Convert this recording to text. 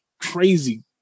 crazy